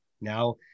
now